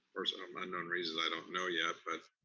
for some unknown reason, i don't know yet, but